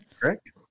Correct